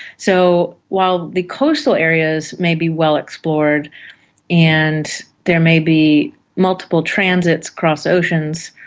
so while the coastal areas may be well explored and there may be multiple transits across oceans,